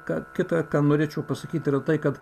ką kita ką norėčiau pasakyti yra tai kad